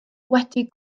wedi